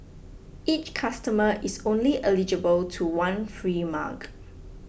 each customer is only eligible to one free mug